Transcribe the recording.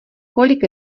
kolik